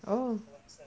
oh